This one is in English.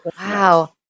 Wow